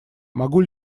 могу